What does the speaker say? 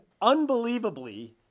unbelievably –